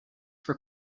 for